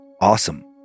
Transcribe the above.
Awesome